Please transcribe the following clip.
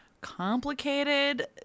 complicated